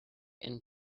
and